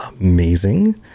amazing